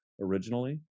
originally